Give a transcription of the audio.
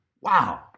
Wow